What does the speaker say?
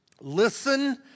Listen